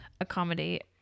accommodate